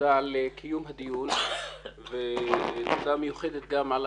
תודה על קיום הדיון ותודה מיוחדת גם על